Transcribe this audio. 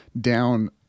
down